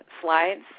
slides